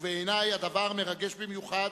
ובעיני הדבר מרגש במיוחד,